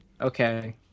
okay